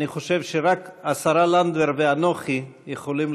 אני חושב שרק השרה לנדבר ואנוכי יכולים